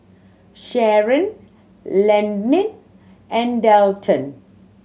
Sharon Landyn and Delton